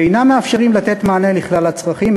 ואינם מאפשרים לתת מענה לכלל הצרכים,